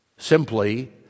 Simply